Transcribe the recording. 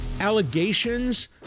allegations